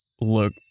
Look